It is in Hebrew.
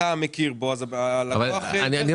אנחנו